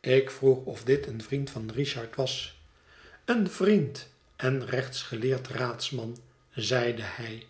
ik vroeg of dit een vriend van richard was een vriend en rechtsgeleerd raadsman zeide hij